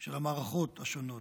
של המערכות השונות,